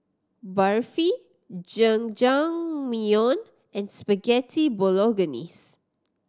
Barfi Jajangmyeon and Spaghetti Bolognese